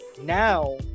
now